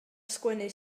sgwennu